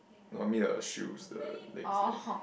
normally I will shoes the legs then